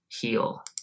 heal